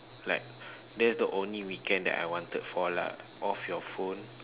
like that is the only weekend that I wanted for lah like off your phone